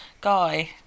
guy